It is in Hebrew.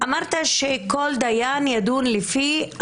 אמרת שכל דיין ידון לפי